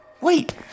Wait